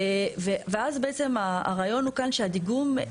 ואז בעצם הרעיון הוא כאן שהדיגום,